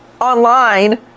online